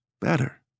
better